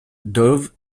dove